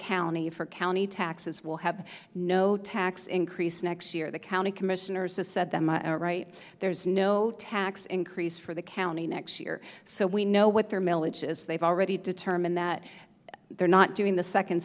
county for county taxes will have no tax increase next year the county commissioners have set them a right there's no tax increase for the county next year so we know what their milage as they've already determined that they're not doing the second